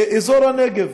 באזור הנגב.